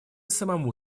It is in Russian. самому